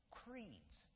creeds